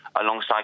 alongside